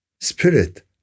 spirit